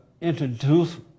introduce